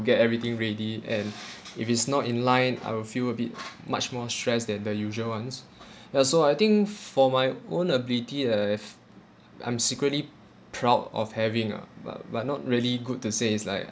get everything ready and if it's not in line I will feel a bit much more stress than the usual ones uh so I think for my own ability that I've I'm secretly proud of having ah but but not really good to say is like